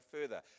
further